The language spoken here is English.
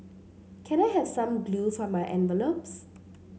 can I have some glue for my envelopes